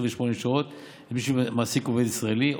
ל-28 שעות טיפול שבועיות למי שמעסיק עובד ישראלי,